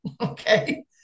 okay